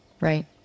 right